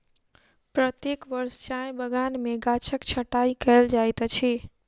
प्रत्येक वर्ष चाय बगान में गाछक छंटाई कयल जाइत अछि